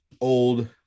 old